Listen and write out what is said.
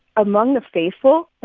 among the faithful,